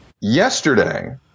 Yesterday